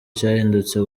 cyahindutse